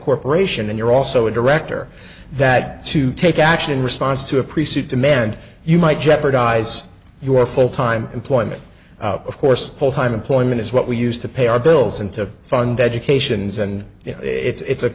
corporation and you're also a director that to take action in response to a preset demand you might jeopardize your full time employment of course full time employment is what we used to pay our bills and to fund educations and it's